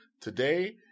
today